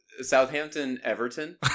Southampton-Everton